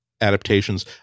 adaptations